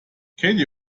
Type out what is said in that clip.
katie